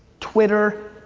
twitter,